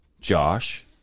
Josh